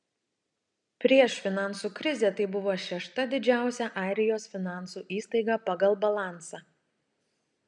prieš finansų krizę tai buvo šešta didžiausia airijos finansų įstaiga pagal balansą